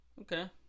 Okay